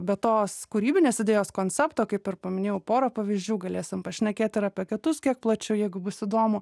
be tos kūrybinės idėjos koncepto kaip ir paminėjau porą pavyzdžių galėsim pašnekėt ir apie kitus kiek plačiau jeigu bus įdomu